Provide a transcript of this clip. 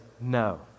no